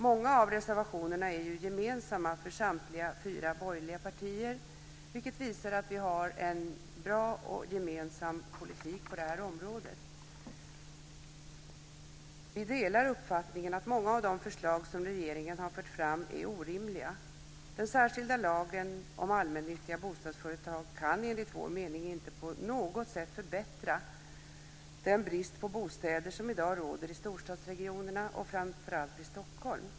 Många av reservationerna är gemensamma för samtliga fyra borgerliga partier, vilket visar att vi har en bra och gemensam politik på området. Vi delar uppfattningen att många av de förslag som regeringen har fört fram är orimliga. Den särskilda lagen om allmännyttiga bostadsföretag kan, enligt vår mening, inte på något sätt förbättra den brist på bostäder som i dag råder i storstadsregionerna och framför allt i Stockholm.